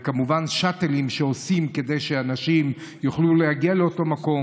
וכמובן שאטלים שעושים כדי שאנשים יוכלו להגיע לאותו מקום.